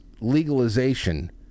legalization